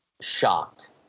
shocked